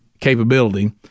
capability